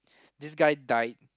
this guy died